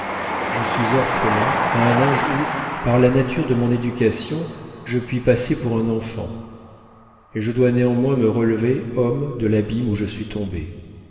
je suis orphelin à un âge où par la nature de mon éducation je puis passer pour un enfant et je dois néanmoins me relever homme de l'abîme où je suis tombé